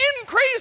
increase